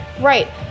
Right